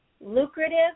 lucrative